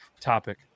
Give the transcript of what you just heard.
topic